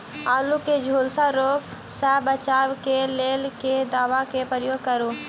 आलु केँ झुलसा रोग सऽ बचाब केँ लेल केँ दवा केँ प्रयोग करू?